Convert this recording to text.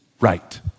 right